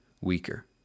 weaker